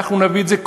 אנחנו נביא את זה,